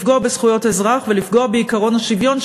לפגוע בזכויות אזרח ולפגוע בעקרון השוויון,